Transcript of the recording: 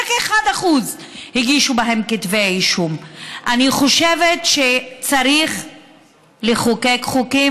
אין ספק שתופעת הירי והאלימות שגואה בחברה